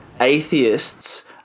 atheists